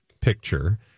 picture